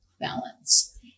balance